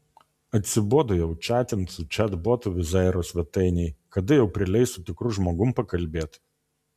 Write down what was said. atsibodo jau čatint su čatbotu wizzairo svetainėj kada jau prileis su tikru žmogum pakalbėt